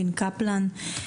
לין קפלן.